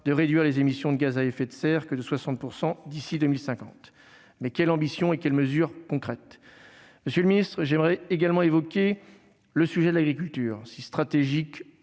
de réduire les émissions de gaz à effet de serre que de 60 % d'ici 2050. Mais quelle ambition et quelles mesures concrètes ? Monsieur le secrétaire d'État, je souhaite également évoquer le sujet de l'agriculture, si stratégique pour